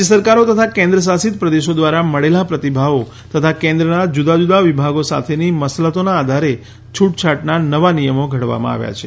રાજ્ય સરકારો તથા કેન્દ્ર શાસિત પ્રદેશો દ્વારા મળેલા પ્રતિભાવો તથા કેન્દ્રના જુદાં જુદાં વિભાગો સાથેની મસલતોના આધારે છૂટછાટના નવા નિયમો ઘડવામાં આવ્યા છે